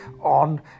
on